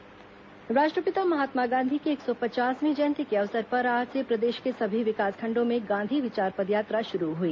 गांधी विचार पदयात्रा राष्ट्रपिता महात्मा गांधी की एक सौ पचासवीं जयंती के अवसर पर आज से प्रदेश के सभी विकासखंडों में गांधी विचार पदयात्रा शुरू हुई